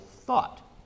thought